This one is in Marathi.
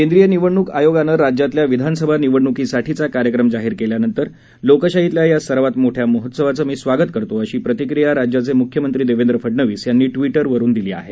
केंद्रीय निवडणूक आयोगानं राज्यातल्या विधानसभा निवडणूकीसाठीचा कार्यक्रम जाहीर केल्यानंतर लोकशाहीतल्या या सर्वात मोठ्या महोत्सवाचं मी स्वागत करतो अशी प्रतिक्रिया राज्याचे मुख्यमंत्री देवेंद्र फडनवीस यांनी दिली आहे